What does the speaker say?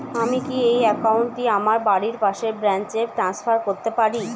আমি কি এই একাউন্ট টি আমার বাড়ির পাশের ব্রাঞ্চে ট্রান্সফার করতে পারি?